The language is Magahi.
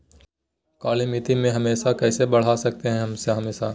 कालीमती में हमस कैसे बढ़ा सकते हैं हमस?